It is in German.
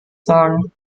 sagen